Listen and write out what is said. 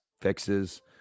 fixes